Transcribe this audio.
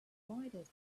provided